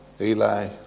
Eli